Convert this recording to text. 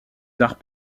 d’art